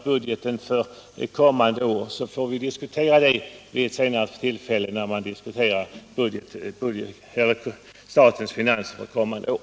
Budgeten för kommande år får vi diskutera vid ett senare tillfälle, när riksdagen behandlar statens finanser.